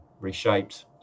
reshaped